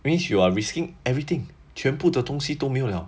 it means you are risking everything 全部的东西都没有 liao